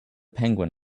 penguin